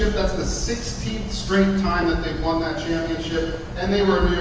that's the sixteenth straight time that they've won that championship, and they were a